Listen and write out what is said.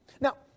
Now